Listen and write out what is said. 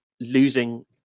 losing